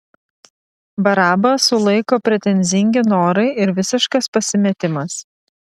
barabą sulaiko pretenzingi norai ir visiškas pasimetimas